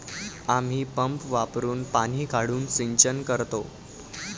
आम्ही पंप वापरुन पाणी काढून सिंचन करतो